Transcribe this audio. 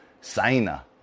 Saina